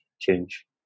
change